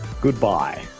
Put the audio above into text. goodbye